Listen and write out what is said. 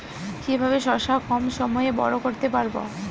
কিভাবে শশা কম সময়ে বড় করতে পারব?